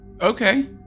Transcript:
Okay